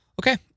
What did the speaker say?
Okay